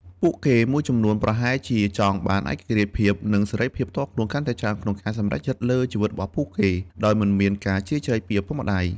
ពួកគេមួយចំនួនប្រហែលជាចង់បានឯករាជ្យភាព និងសេរីភាពផ្ទាល់ខ្លួនកាន់តែច្រើន ក្នុងការសម្រេចចិត្តលើជីវិតរបស់ពួកគេ ដោយមិនមានការជ្រៀតជ្រែកពីឪពុកម្តាយ។